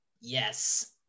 Yes